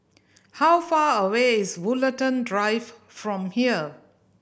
how far away is Woollerton Drive from here